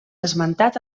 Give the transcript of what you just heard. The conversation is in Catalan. esmentat